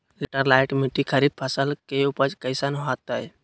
Laterite मिट्टी खरीफ फसल के उपज कईसन हतय?